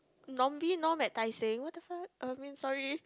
at Tai-Seng what the fuck um mean sorry